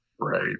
right